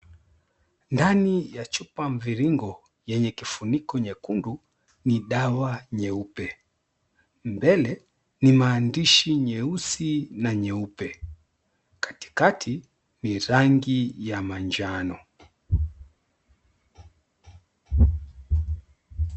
Ndani ya chupa mviringo yenye kifuniko nyekundu ni dawa nyeupe. Mbele, ni maandishi nyeusi na nyeupe. Katikati ni rangi ya manjano.